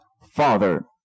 father